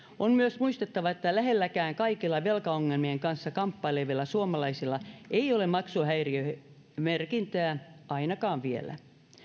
on myös muistettava että lähellekään kaikilla velkaongelmien kanssa kamppailevilla suomalaisilla ei ole maksuhäiriömerkintää ainakaan vielä